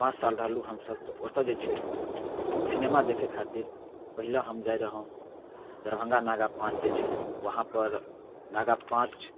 पाँच साल रहलहुँ हमसब तऽ ओतऽ जे छै सिनेमा देखै खातिर पहिले हम जाइ रहौँ दरभङ्गा नागा पाँच जे छै वहाँपर नागा पाँच